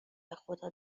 بخدا